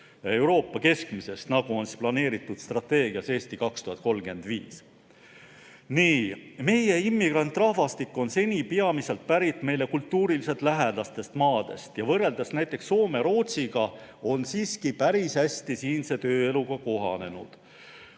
Euroopa keskmisest, nagu on kirjas strateegias "Eesti 2035". Seni on meie immigrantrahvastik peamiselt pärit meile kultuuriliselt lähedastest maadest ja võrreldes näiteks Soome ja Rootsiga on need inimesed päris hästi siinse tööeluga kohanenud.